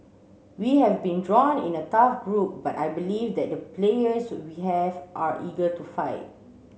we have been drawn in a tough group but I believe that the players we have are eager to fight